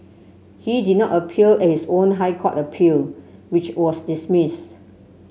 he did not appear at his own High Court appeal which was dismissed